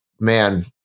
man